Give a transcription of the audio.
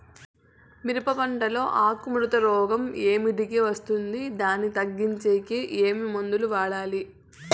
మిరప పంట లో ఆకు ముడత రోగం ఏమిటికి వస్తుంది, దీన్ని తగ్గించేకి ఏమి మందులు వాడాలి?